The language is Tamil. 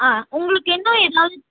ஆ உங்களுக்கு இன்னும் ஏதாவது